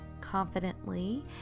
confidently